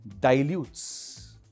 dilutes